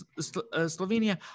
Slovenia